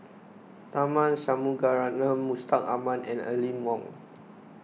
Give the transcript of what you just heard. Tharman Shanmugaratnam Mustaq Ahmad and Aline Wong